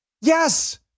Yes